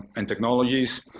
and technologies.